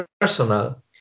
personal